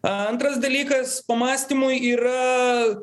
antras dalykas pamąstymui yra